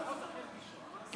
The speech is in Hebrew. בשעות הכי רגישות.